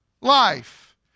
life